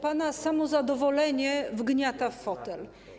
Pana samozadowolenie wgniata w fotel.